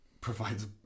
provides